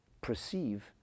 perceive